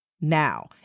now